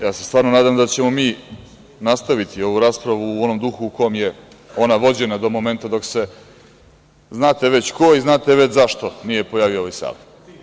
Ja se stvarno nadam da ćemo mi nastaviti ovu raspravu u onom duhu u kom je ona vođena do momenta dok se, znate već ko i znate već zašto, nije pojavio u ovoj sali.